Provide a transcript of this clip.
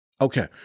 Okay